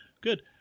Good